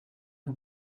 who